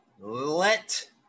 let